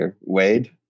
Wade